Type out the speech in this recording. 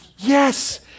Yes